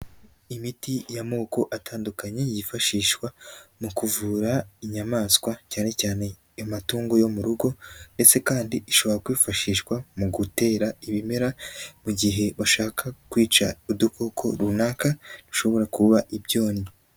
Imiti y'amoko atandukanye yifashishwa mu kuvura inyamaswa, cyane cyane amatungo yo mu rugo ndetse kandi ishobora kwifashishwa mu gutera ibimera, mu gihe bashaka kwica udukoko runakashobora dushobora kuba ibyonnyi.